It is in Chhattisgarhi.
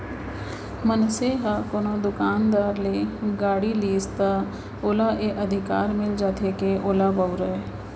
मनसे ह कोनो दुकानदार ले गाड़ी लिस त ओला ए अधिकार मिल जाथे के ओला बउरय